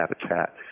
habitat